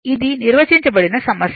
ఇది నిర్వచించబడిన సమస్య